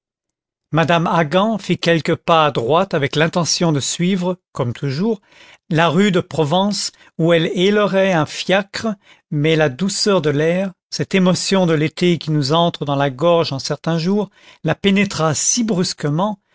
mme haggan fit quelques pas à droite avec l'intention de suivre comme toujours la rue de provence où elle hélerait un fiacre mais la douceur de l'air cette émotion de l'été qui nous entre dans la gorge en certains jours la pénétra si brusquement